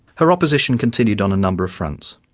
her opposition continued on a number of fronts.